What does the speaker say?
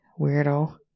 weirdo